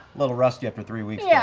little rusty after three weeks, yeah